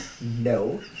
No